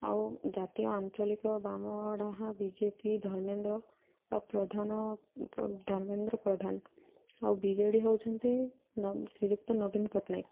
ଆଉ ଜାତୀୟ ଆଞ୍ଚଳିକ ବାମଡ଼ାହା ବି ଜେ ପି ଧର୍ମେନ୍ଦ୍ର ଆଉ ପ୍ରଧାନ ଧର୍ମେନ୍ଦ୍ର ପ୍ରଧାନ ଆଉ ବି ଜେ ଡ଼ି ହେଉଛନ୍ତି ଶ୍ରୀଯୁକ୍ତ ନବୀନ ପଟ୍ଟନାୟକ